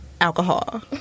alcohol